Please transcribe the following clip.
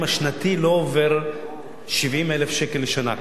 השנתי לא עובר 70,000 שקלים לשנה,